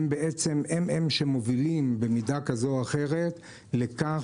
הן אלה שמובילות במידה כזו או אחרת לכך